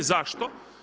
Zašto?